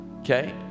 okay